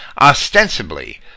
Ostensibly